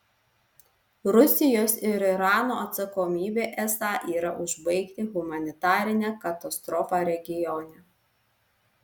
rusijos ir irano atsakomybė esą yra užbaigti humanitarinę katastrofą regione